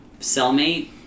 cellmate